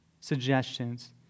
suggestions